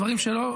דברים שלא,